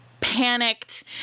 panicked